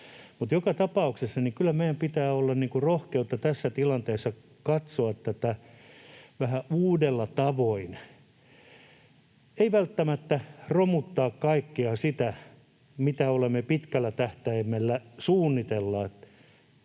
joka tapauksessa kyllä meillä pitää olla rohkeutta tässä tilanteessa katsoa tätä vähän uudella tavoin — ei välttämättä romuttaa kaikkea sitä, mitä olemme pitkällä tähtäimellä suunnitelleet,